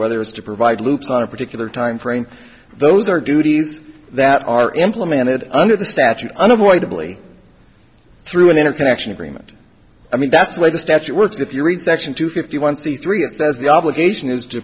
whether it's to provide loops on a particular timeframe those are duties that are implemented under the statute unavoidably through an interconnection agreement i mean that's the way the statute works if you read section two fifty one c three it says the obligation is to